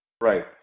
Right